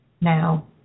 Now